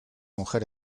mujer